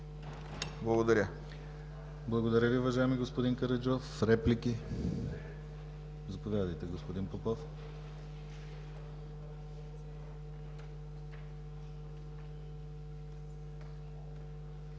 ГЛАВЧЕВ: Благодаря Ви, уважаеми господин Караджов. Реплики? Заповядайте, господин Попов.